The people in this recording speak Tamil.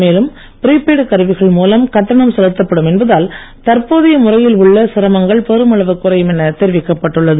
மேலும் பிரிபெய்டு கருவிகள் மூலம் கட்டணம் செலுத்தப்படும் என்பதால் தற்போதைய முறையில் உள்ள சிரமங்கள் பெருமளவு குறையும் என தெரிவிக்கப்பட்டுள்ளது